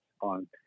on